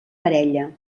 parella